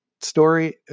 story